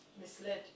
Misled